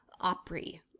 Opry